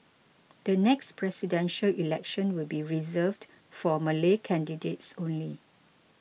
the next Presidential Election will be reserved for Malay candidates only